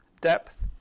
depth